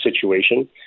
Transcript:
situation